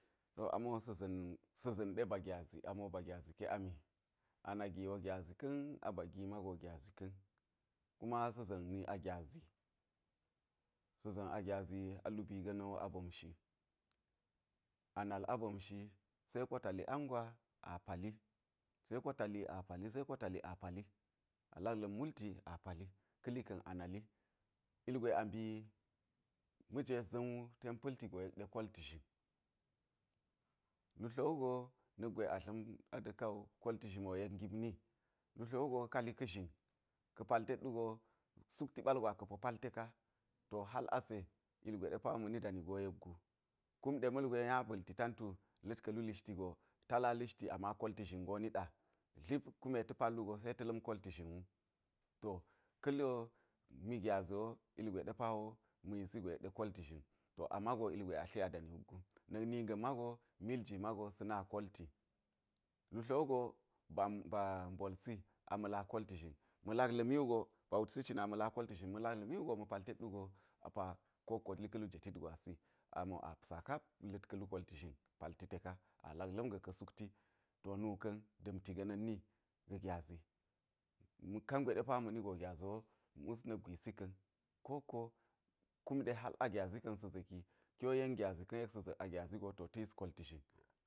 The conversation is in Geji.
To amo sa̱ za̱n sa̱ za̱n ɗe ba gyazi amo ba gyazi ke ami ana gi gyazi ka̱n aba gi mago gyazi ka̱n kuma sa̱ za̱nni a gyazi sa̱ za̱nni a gyazi kuma lubi ga̱na̱n wo wo a bomshi a nal a bomshi seko ta li angwa a pali seko ta li a pali seko ta li a pali a lak la̱m multi a pali ka̱ li ka̱n a nali ilgwe a mbi ma̱jwe za̱n wu ten pa̱lti yek ɗe kolti zhin lu tlo wugo na̱k gwe a dla̱m a da̱ka̱ wu kolti zhimi wo yek gipni lu tlo wugo ka li ka̱ zhin ka̱a̱ pal tet wugo sukti ɓal go aka̱ pal teka to hal ase ilgwe ɗe pa wo ma̱ ni dani go yek gu kum ɗe ma̱lgwe nya ba̱lti tantu la̱t ka̱ lu lishti go ta la lishti ama kolti zhin go niɗa dlip kume ta̱ pal wugo se ta̱ la̱m kolti zhin wu, to ka̱ li wo mi gyazi wo ilgwe ɗe pa wo ma̱ yisi go yek ɗe kolti zhin to a mago ilgwe a tli a dani wukgu na̱k ni ga̱n mago mil ji mago sa̱ na kolti lu tlo wugo ba mbolsi aa ma̱ la kolti zhin ma̱ lak la̱mi wugo ba wutsi cina a ma̱ la kolti zhin ma̱ lak la̱mi wugo ma̱ pal tet wugo a pa ko wokko li ka̱ lu jetit gwasi amo a saka la̱t ka̱ lu kolti zhin pali teka a lak la̱m ga̱ ka̱ sukti to nu ka̱n da̱mti ga̱na̱n ni ga̱ gyazi na̱k kangwe ɗe pa wo ma̱ni go gyazi wo mus na̱k gwisi ka̱n ko wokko kum ɗe hal a gyazi ka̱n sa̱ za̱ki ki wo yen gyazi yek sa̱ za̱k a gyazi go to ta̱ yis kolti zhin.